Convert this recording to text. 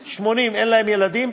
מעל 80 אין להם ילדים,